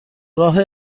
راه